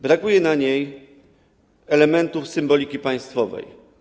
Brakuje na niej elementów symboliki państwowej.